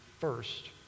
first